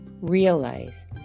realize